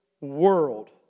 world